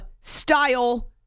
style